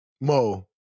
Mo